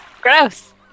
Gross